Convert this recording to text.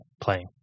playing